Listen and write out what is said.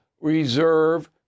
reserve